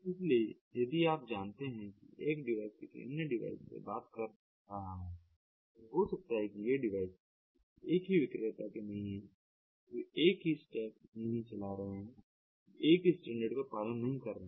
इसलिए यदि आप जानते हैं कि एक डिवाइस किसी अन्य डिवाइस से बात कर रहा है तो हो सकता है कि ये डिवाइस एक ही विक्रेता के नहीं हैं वे एक ही स्टैक नहीं चला रहे हैं वे एक ही स्टैंडर्ड का पालन नहीं कर रहे हैं